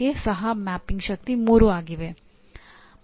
ಭಾಗ 2 10 ಮಾನದಂಡಗಳ ಬಗ್ಗೆ ಮಾಹಿತಿಯನ್ನು ಪಡೆಯುತ್ತದೆ